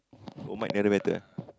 oh mike nearer better